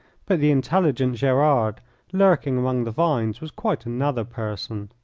but the intelligent gerard lurking among the vines was quite another person.